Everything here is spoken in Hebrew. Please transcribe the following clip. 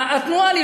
התנועה,